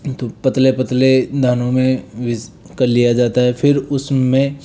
तो पतले पतले दानों में मिस कर लिया जाता है फिर उसमें